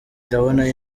ndabona